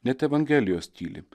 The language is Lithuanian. net evangelijos tyli